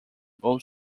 both